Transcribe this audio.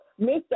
Mr